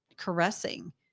caressing